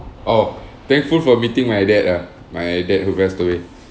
oh thankful for meeting my dad ah my dad who passed away